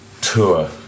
tour